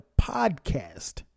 podcast